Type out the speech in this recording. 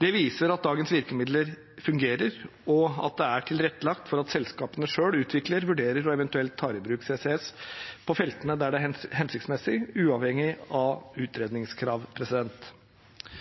Det viser at dagens virkemidler fungerer, og at det er tilrettelagt for at selskapene selv utvikler, vurderer og eventuelt tar i bruk CCS på feltene der det er hensiktsmessig, uavhengig av